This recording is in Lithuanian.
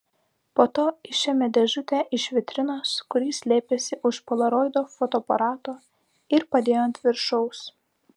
po to išėmė dėžutę iš vitrinos kur ji slėpėsi už polaroido fotoaparato ir padėjo ant viršaus